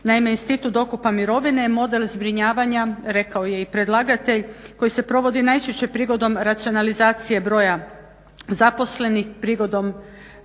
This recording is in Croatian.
Naime, institut dokupa mirovine je model zbrinjavanja rekao je i predlagatelj koji se provodi najčešće prigodom racionalizacije broja zaposlenih u procesima